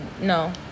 No